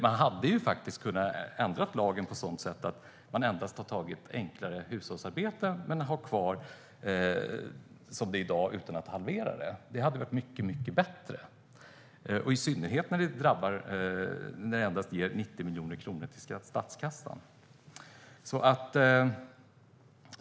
Man hade faktiskt kunnat ändra lagen på ett sådant sätt att man endast hade tagit enklare hushållsarbeten men haft kvar avdraget som det är i dag, utan att halvera det. Det hade varit mycket bättre, i synnerhet när det endast ger 90 miljoner kronor till statskassan.